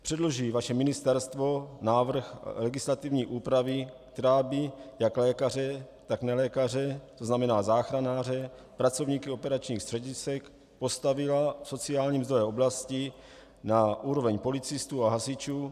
Předloží vaše ministerstvo návrh legislativní úpravy, která by jak lékaře, tak nelékaře, to znamená záchranáře, pracovníky operačních středisek postavila v sociální mzdové oblasti na úroveň policistů a hasičů?